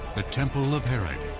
the temple of herod,